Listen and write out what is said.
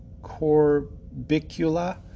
corbicula